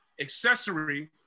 accessory